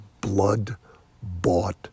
blood-bought